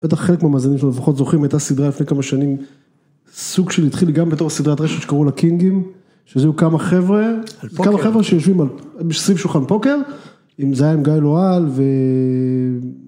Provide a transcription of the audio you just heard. בטח חלק מהמאזינים שלנו לפחות זוכרים, הייתה סדרה לפני כמה שנים סוג של התחיל גם בתור סדרת רשת שקראו לה קינגים, שזהו כמה חבר'ה, כמה חבר'ה שיושבים מסביב לשולחן פוקר, עם זיים גיא לואל ו...